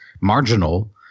marginal